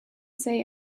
say